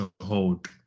hold